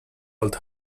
old